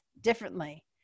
differently